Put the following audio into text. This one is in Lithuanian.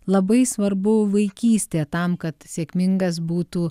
labai svarbu vaikystė tam kad sėkmingas būtų